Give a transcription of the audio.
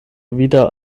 wieder